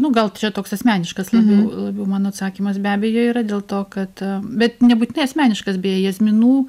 nu gal čia toks asmeniškas labiau labiau mano atsakymas be abejo yra dėl to kad bet nebūtinai asmeniškas beje jazminų